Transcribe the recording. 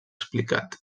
explicat